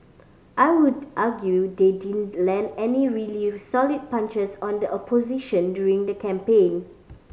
I would argue they didn't land any really solid punches on the opposition during the campaign